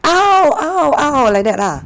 !ow! !ow! !ow! like that lah